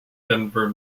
denver